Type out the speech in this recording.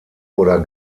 oder